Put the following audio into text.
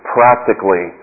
Practically